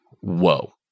whoa